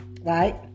right